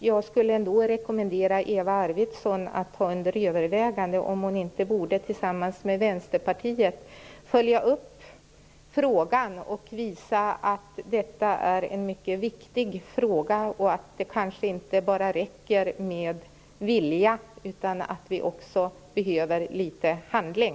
Jag skulle då vilja rekommendera Eva Arvidsson att ta under övervägande om hon tillsammans med Vänsterpartiet inte borde följa upp frågan och visa att detta är en mycket viktig fråga och att det kanske inte bara räcker med vilja utan att vi också behöver litet handling.